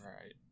Right